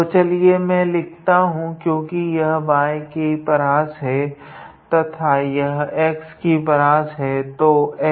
तो चलिए मैं लिखता हूँ क्योकि यह y की परास है तथा यह x की परास है